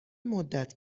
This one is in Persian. مدت